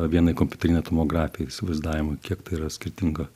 vienai kompiuterinė tomografijai įsivaizdavimui kiek tai yra skirtinga